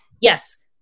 yes